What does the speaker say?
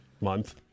month